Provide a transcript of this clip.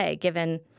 given